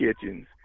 Kitchens